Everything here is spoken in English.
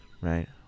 Right